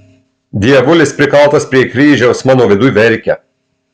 dievulis prikaltas prie kryžiaus mano viduj verkia